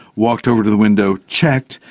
walked over to the window, checked,